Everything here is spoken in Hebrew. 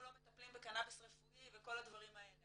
מטפלים בקנאביס רפואי וכל הדברים האלה.